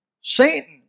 Satan